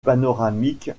panoramique